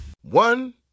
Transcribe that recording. One